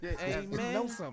Amen